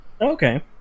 Okay